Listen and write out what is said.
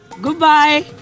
goodbye